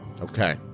Okay